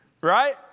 right